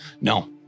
No